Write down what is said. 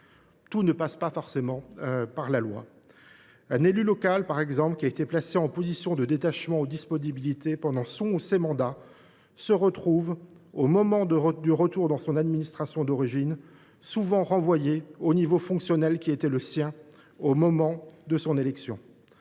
tout ne passe pas forcément par la loi. Un élu local, qui a par exemple été placé en position de détachement ou de disponibilité pendant son ou ses mandats, se retrouve, au moment du retour dans son administration, souvent renvoyé au niveau fonctionnel qui était le sien au moment de son élection.